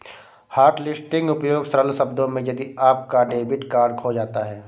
hotlisting उपयोग सरल शब्दों में यदि आपका डेबिट कार्ड खो जाता है